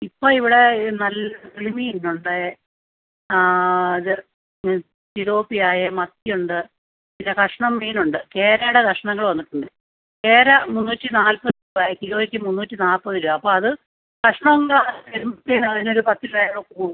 ഇപ്പോൾ ഇവിടെ നല്ല കരിമീൻ ഉണ്ടേ ആ അത് തിലോപ്പിയ മത്തി ഉണ്ട് പിന്നെ കഷ്ണം മീൻ ഉണ്ട് കേരയുടെ കഷ്ണങ്ങൾ വന്നിട്ടുണ്ട് കേര മുന്നൂറ്റി നാൽപ്പത് രൂപ കിലോയ്ക്ക് മുന്നൂറ്റി നാൽപ്പത് രൂപ അപ്പോൾ അത് കഷ്ണങ്ങൾ തരുമ്പോഴത്തേനും അതിനൊരു പത്ത് രൂപയും കൂടി കൂടും